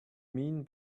mean